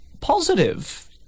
positive